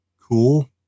cool